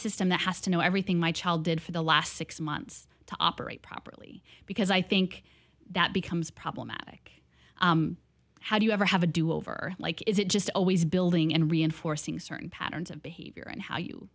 system that has to know everything my child did for the last six months to operate properly because i think that becomes problematic how do you ever have a do over like is it just always building and reinforcing certain patterns of behavior and how you